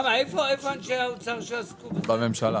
אנחנו עוברים למקבץ השני של ההסתייגות של קבוצת המחנה הממלכתי.